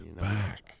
Back